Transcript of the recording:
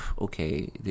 okay